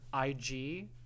ig